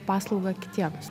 paslaugą kitiems